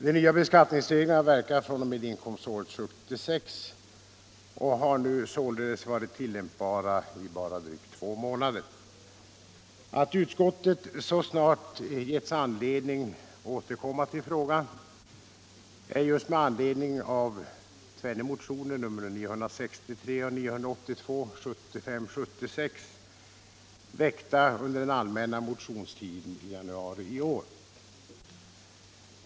De nya beskattningsreglerna verkar fr.o.m. inkomståret 1976 och har nu således varit tillämpbara i drygt två månader.